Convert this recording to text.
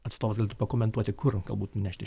atstovas galėtų pakomentuoti kur galbūt nešti